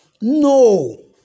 No